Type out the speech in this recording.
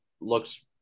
looks